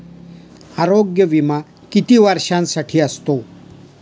आरोग्य विमा किती वर्षांसाठी असतो?